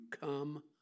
come